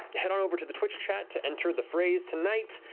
head on over to the twitch chat to enter the phrase tonight.